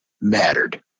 mattered